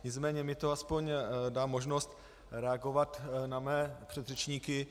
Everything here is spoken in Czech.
Nicméně mi to aspoň dá možnost reagovat na své předřečníky.